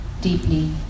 deeply